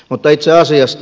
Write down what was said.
mutta itse asiasta